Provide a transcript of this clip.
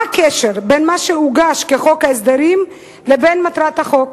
מה הקשר בין מה שהוגש כחוק ההסדרים לבין מטרת החוק?